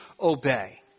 obey